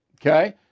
Okay